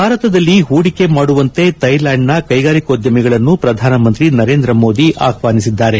ಭಾರತದಲ್ಲಿ ಪೂಡಿಕೆ ಮಾಡುವಂತೆ ಥೈಲ್ಲಾಂಡ್ನ ಕೈಗಾರಿಕೋದ್ಯಮಿಗಳನ್ನು ಪ್ರಧಾನಮಂತ್ರಿ ನರೇಂದ್ರ ಮೋದಿ ಆಹ್ಲಾನಿಸಿದ್ಲಾರೆ